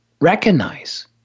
recognize